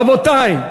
רבותי,